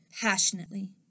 passionately